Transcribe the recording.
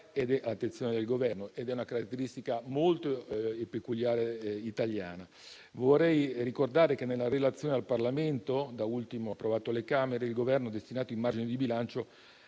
è all'attenzione del Governo ed è una caratteristica molto peculiare italiana. Vorrei ricordare che, nella relazione al Parlamento da ultimo approvata dalle Camere, il Governo ha destinato i margini di bilancio